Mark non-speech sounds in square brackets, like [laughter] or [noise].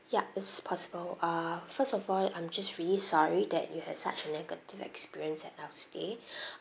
ya it's possible ah first of all I'm just really sorry that you have such a negative experience at our stay [breath]